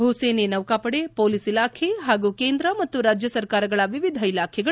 ಭೂ ಸೇನೆ ನೌಕಾಪಡೆ ಮೊಲೀಸ್ ಇಲಾಖೆ ಹಾಗೂ ಕೇಂದ್ರ ಮತ್ತು ರಾಜ್ಞ ಸರ್ಕಾರಗಳ ವಿವಿಧ ಇಲಾಖೆಗಳು